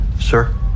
Sir